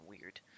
weird